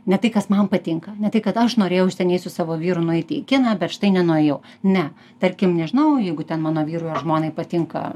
ne tai kas man patinka ne tai kad aš norėjau seniai su savo vyru nueiti į kiną bet štai nenuėjau ne tarkim nežinau jeigu ten mano vyrui ar žmonai patinka